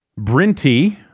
Brinty